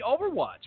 overwatch